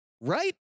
Right